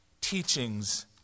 teachings